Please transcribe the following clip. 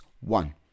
One